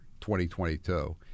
2022